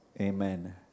amen